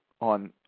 on